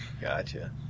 Gotcha